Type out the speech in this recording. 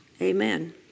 Amen